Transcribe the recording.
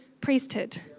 priesthood